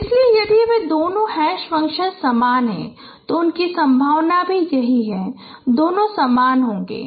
इसलिए यदि वे दोनों हैश फ़ंक्शन समान हैं तो उनकी संभावना यह है कि दोनों समान होंगे